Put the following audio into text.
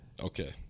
Okay